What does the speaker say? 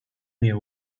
nie